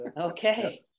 Okay